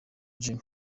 jean